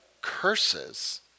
curses